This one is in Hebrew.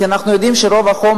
כי אנחנו יודעים שרוב החומר